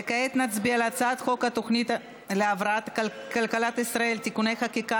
וכעת נצביע על הצעת חוק התוכנית להבראת כלכלת ישראל (תיקוני חקיקה